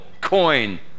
coin